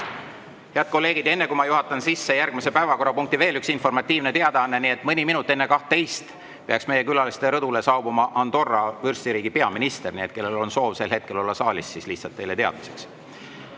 kolleegid, enne kui ma juhatan sisse järgmise päevakorrapunkti, veel üks informatiivne teadaanne. Nimelt, mõni minut enne kella 12 peaks meie külaliste rõdule saabuma Andorra Vürstiriigi peaminister. Nii et [neile,] kellel on soov olla sel hetkel saalis, lihtsalt teadmiseks.